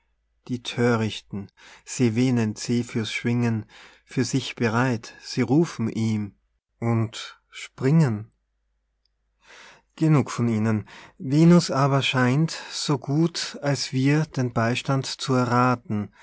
die thörichten sie wähnen zephyr's schwingen für sich bereit sie rufen ihm und springen genug von ihnen venus aber scheint so gut als wir den beistand zu errathen